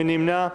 מי נמנע?